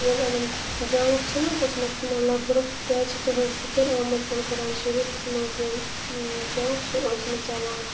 ییٚلہِ یِمَن جنٛگ چھِ نہٕ حظ اوسمُت مطلب برٛونٛہہ کیازِ چھِ تٕہٕنٛز ذِکِر آمٕژ قُرانِ شریٖفَس منٛز ییٚلہِ جنٛگ چھُ اوسمُت چَلان